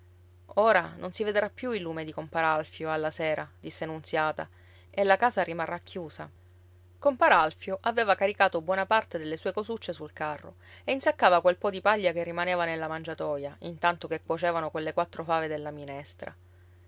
ora non si vedrà più il lume di compar alfio alla sera disse nunziata e la casa rimarrà chiusa compar alfio aveva caricato buona parte delle sue cosuccie sul carro e insaccava quel po di paglia che rimaneva nella mangiatoia intanto che cuocevano quelle quattro fave della minestra